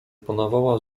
panowała